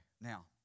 Now